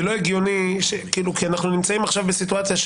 זה לא הגיוני כי אנחנו נמצאים עכשיו בסיטואציה,